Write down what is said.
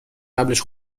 قبلش